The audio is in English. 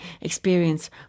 experience